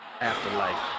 Afterlife